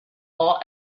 all